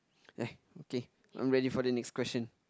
uh okay I'm ready for the next question